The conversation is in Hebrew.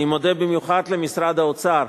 אני מודה במיוחד למשרד האוצר,